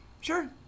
sure